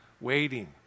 waiting